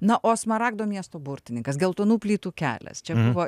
na o smaragdo miesto burtininkas geltonų plytų kelias čia buvo